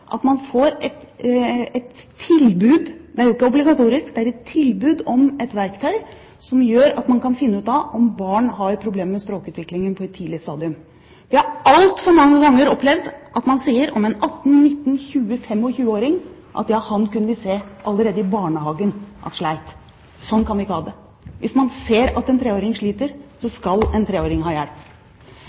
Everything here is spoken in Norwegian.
at man får et tilbud – det er jo ikke obligatorisk, det er et tilbud – om et verktøy som gjør at man kan finne ut av om barn har problemer med språkutviklingen på et tidlig stadium. Vi har altfor mange ganger opplevd at man sier om en 18-, 19- eller 20-åring, at han kunne man se slet allerede i barnehagen. Sånn kan vi ikke ha det. Hvis man ser at en treåring sliter, så skal en treåring ha hjelp.